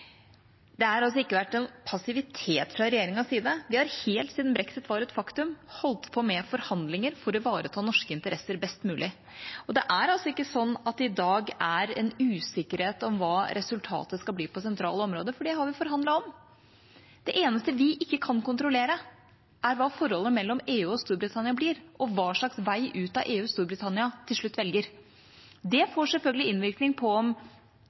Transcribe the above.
Det har altså ikke vært noen passivitet fra regjeringas side. Vi har helt siden brexit var et faktum, holdt på med forhandlinger for å ivareta norske interesser best mulig. Og det er ikke slik at det i dag er en usikkerhet om hva resultatet skal bli på sentrale områder, for det har vi forhandlet om. Det eneste vi ikke kan kontrollere, er hva forholdet mellom EU og Storbritannia blir, og hva slags vei ut av EU Storbritannia til slutt velger. Det får selvfølgelig innvirkning på om